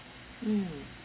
mm